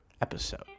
episode